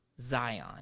Zion